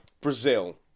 Brazil